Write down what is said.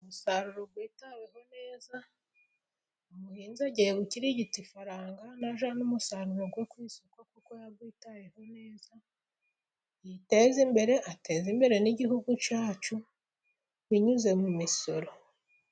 Umusaruro witaweho neza, umuhinzi agiye gukirigita ifaranga najyana umusaruro we ku isoko kuko yawitayeho neza, yiteze imbere, ateze imbere n'igihugu cyacu binyuze mu misoro.